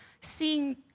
seeing